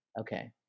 okay